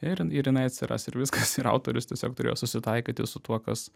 ir ir jinai atsiras ir viskas ir autorius tiesiog turėjo susitaikyti su tuo kas